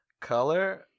color